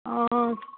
ᱚᱻ